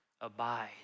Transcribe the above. abide